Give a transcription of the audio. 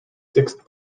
sixth